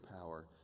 power